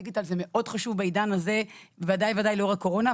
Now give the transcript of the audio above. דיגיטל זה מאוד חשוב בעידן הזה ובוודאי שלאור הקורונה,